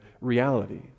reality